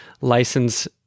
license